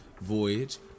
voyage